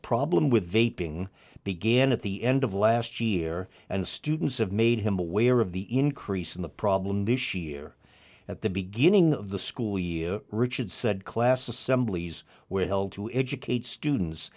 problem with a ping began at the end of last year and students have made him aware of the increase in the problem this year at the beginning of the school year richard said class assemblies where held to educate students